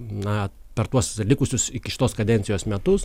na per tuos likusius iki šitos kadencijos metus